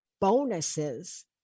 bonuses